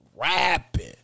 rapping